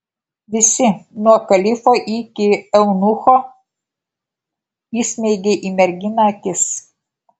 visi nuo kalifo iki eunucho įsmeigė į merginą akis